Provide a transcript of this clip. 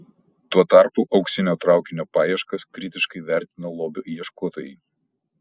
tuo tarpu auksinio traukinio paieškas kritiškai vertina lobių ieškotojai